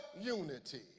unity